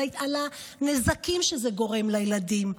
על הנזקים שזה גורם לילדים.